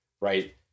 right